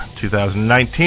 2019